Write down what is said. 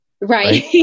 right